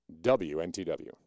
WNTW